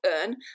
earn